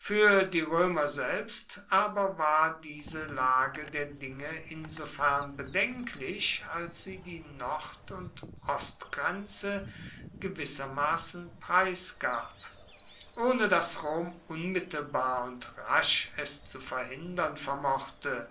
für die römer selbst aber war diese lage der dinge insofern bedenklich als sie die nord und ostgrenze gewissermaßen preisgab ohne daß rom unmittelbar und rasch es zu verhindern vermochte